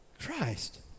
Christ